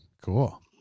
Cool